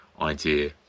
idea